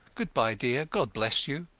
good-by, dear. god bless you!